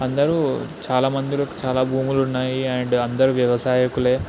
అందరు చాలా మందికి చాలా భూములు ఉన్నాయి అండ్ అందరు వ్యవసాయకులే